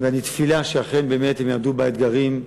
אני תפילה שאכן באמת הם יעמדו באתגרים,